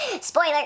Spoiler